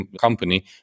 company